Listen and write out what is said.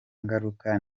ngaruka